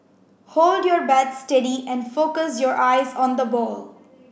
hold your bat steady and focus your eyes on the ball